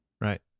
Right